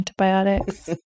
antibiotics